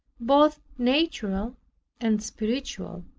both natural and spiritual,